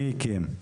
מי הקים?